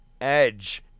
Edge